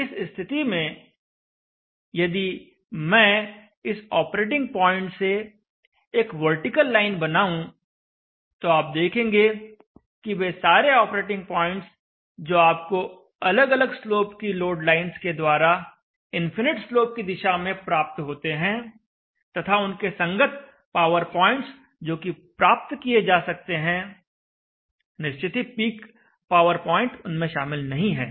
इस स्थिति में यदि मैं इस ऑपरेटिंग पॉइंट से एक वर्टिकल लाइन बनाऊं तो आप देखेंगे कि वे सारे ऑपरेटिंग पॉइंट्स जो आपको अलग अलग स्लोप की लोड लाइन्स के द्वारा इनफिनिट स्लोप की दिशा में प्राप्त होते हैं तथा उनके संगत पावर पॉइंट्स जो कि प्राप्त किए जा सकते हैं निश्चित ही पीक पावर पॉइंट उनमें शामिल नहीं है